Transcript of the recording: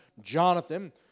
Jonathan